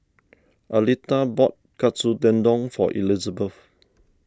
Aleta bought Katsu Tendon for Elizbeth